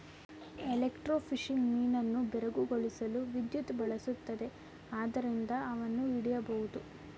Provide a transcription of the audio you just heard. electrofishing ಮೀನನ್ನು ಬೆರಗುಗೊಳಿಸಲು ವಿದ್ಯುತ್ ಬಳಸುತ್ತದೆ ಆದ್ರಿಂದ ಅವನ್ನು ಹಿಡಿಬೋದು